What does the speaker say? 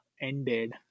ended